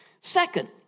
Second